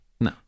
No